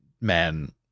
man